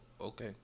Okay